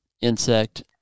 insect